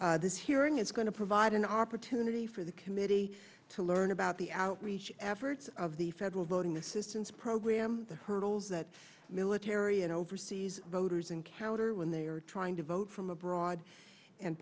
solutions this hearing is going to provide an opportunity for the committee to learn about the outreach efforts of the federal voting since program the hurdles that military and overseas voters encounter when they are trying to vote from abroad and